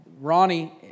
Ronnie